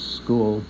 school